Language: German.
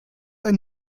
ein